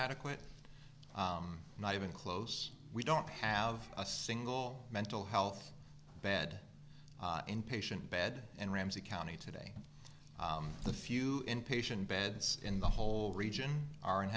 adequate not even close we don't have a single mental health bed inpatient bed and ramsey county today the few inpatient beds in the whole region are